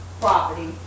property